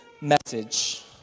message